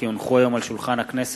כי הונחו היום על שולחן הכנסת,